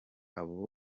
abo